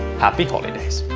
happy holidays!